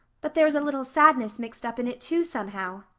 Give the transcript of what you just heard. but there's a little sadness mixed up in it too, somehow.